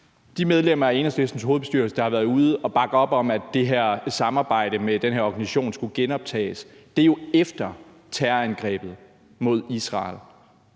De medlemmer af Enhedslistens hovedbestyrelse, der har været ude at bakke op om, at det her samarbejde med den her organisation skulle genoptages, har jo gjort det efter terrorangrebet mod Israel.